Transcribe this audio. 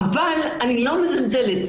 אבל אני לא מזלזלת,